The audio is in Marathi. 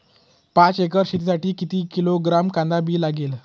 पाच एकर शेतासाठी किती किलोग्रॅम कांदा बी लागेल?